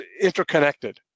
interconnected